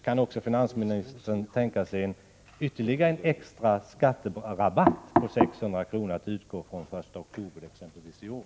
Kan finansministern därutöver tänka sig en ytterligare extra skatterabatt på 600 kr. att utgå exempelvis från 1 oktober i år?